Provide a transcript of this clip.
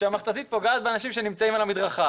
שהמכת"זית פוגעת באנשים שנמצאים על המדרכה.